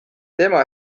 tema